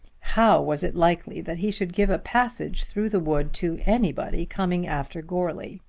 how was it likely that he should give a passage through the wood to anybody coming after goarly?